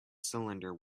cylinder